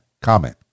comment